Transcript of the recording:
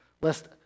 lest